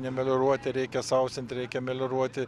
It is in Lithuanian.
nemelioruoti reikia sausinti reikia melioruoti